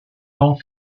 tant